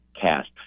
cast